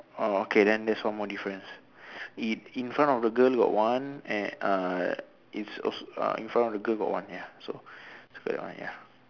oh okay then that's one more difference in in front of the girl got one and uh is also uh in front of the girl got one ya so is that one ya